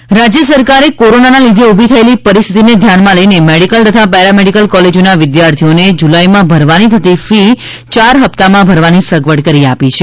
medical fee રાહત રાજ્ય સરકારે કોરોનાના લીધે ઊભી થયેલી પરિસ્થિતીને ધ્યાનમાં લઈને મેડિકલ તથા પેરામેડિકલ કોલેજોના વિદ્યાર્થીઓને જૂલાઈમાં ભરવાની થતી ફી યાર ફપ્તામાં ભરવાની સગવડ કરી આપી છે